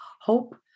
hope